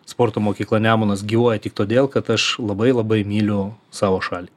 sporto mokykla nemunas gyvuoja tik todėl kad aš labai labai myliu savo šalį